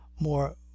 more